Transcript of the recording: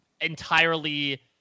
entirely